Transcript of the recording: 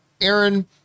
aaron